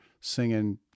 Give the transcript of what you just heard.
singing